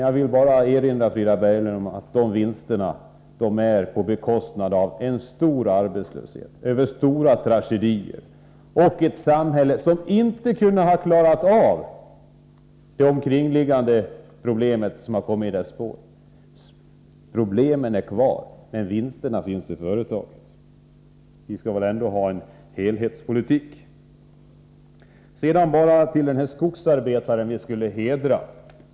Jag vill då bara erinra Frida Berglund om att de vinsterna uppnås på bekostnad av en stor arbetslöshet, stora tragedier och ett samhälle som inte har klarat av de problem som uppstått i arbetslöshetens spår. Problemen är kvar, men företagen går med vinst. — Vi skall väl ändå ha en helhetspolitik. Frida Berglund talade om en skogsarbetare man skulle hedra.